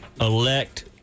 elect